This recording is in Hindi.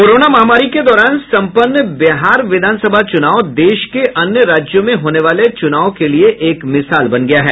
कोरोना महामारी के दौरान संपन्न बिहार विधान सभा चुनाव देश के अन्य राज्यों में होने वाले चुनाव के लिये एक मिसाल बन गया है